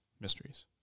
Mysteries